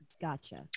gotcha